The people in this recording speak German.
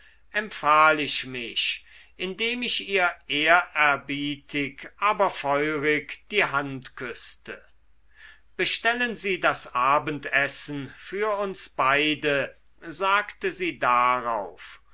empfahl ich mich indem ich ihr ehrerbietig aber feurig die hand küßte bestellen sie das abendessen für uns beide sagte sie darauf